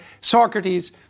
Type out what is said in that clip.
Socrates